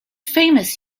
famous